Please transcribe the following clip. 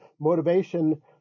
motivation